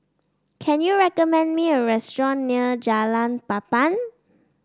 can you recommend me a restaurant near Jalan Papan